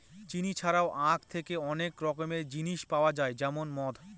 চিনি ছাড়াও আঁখ থেকে অনেক রকমের জিনিস পাওয়া যায় যেমন মদ